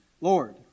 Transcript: Lord